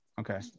Okay